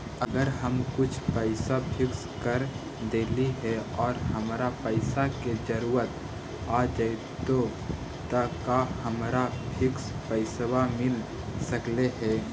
अगर हम कुछ पैसा फिक्स कर देली हे और हमरा पैसा के जरुरत आ जितै त का हमरा फिक्स पैसबा मिल सकले हे?